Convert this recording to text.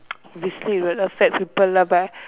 obviously it will affect people lah but